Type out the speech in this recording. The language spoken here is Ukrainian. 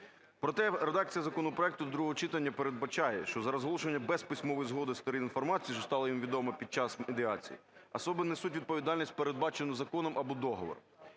Проте редакція законопроекту до другого читання передбачає, що за розголошення без письмової згоди сторін інформації, що стала їм відома під час медіації, особи несуть відповідальність, передбачену законом або договором.